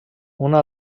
una